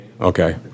Okay